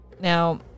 now